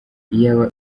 iyaba